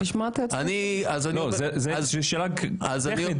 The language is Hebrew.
זו שאלה טכנית,